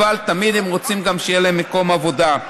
אבל תמיד הם רוצים גם שיהיה להם מקום עבודה.